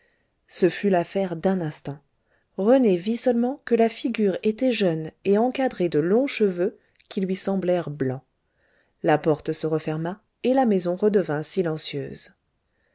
ce fut l'affaire d'un instant rené vit seulement que la figure était jeune et encadrée de longs cheveux qui lui semblèrent blancs la porte se referma et la maison redevint silencieuse